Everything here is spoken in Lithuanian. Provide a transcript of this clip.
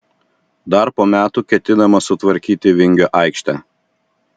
dar po metų ketinama sutvarkyti vingio aikštę